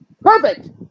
Perfect